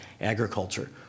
agriculture